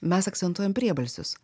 mes akcentuojam priebalsius